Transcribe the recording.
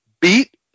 beat